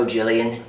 Jillian